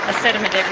ah sediment